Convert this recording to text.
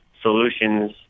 solutions